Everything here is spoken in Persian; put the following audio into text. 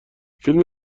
فیلم